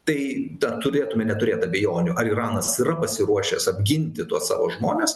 tai ta turėtume neturėt abejonių ar iranas yra pasiruošęs apginti tuos savo žmones